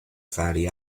fatty